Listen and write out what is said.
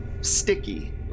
sticky